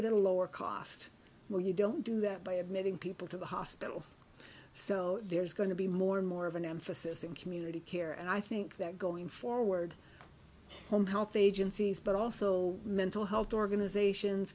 it at a lower cost well you don't do that by admitting people to the hospital so there's going to be more and more of an emphasis in community care and i think that going forward home health agencies but also mental health organizations